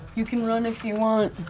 you can run if you want.